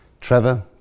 Trevor